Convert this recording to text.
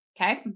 Okay